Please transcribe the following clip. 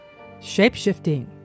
Shapeshifting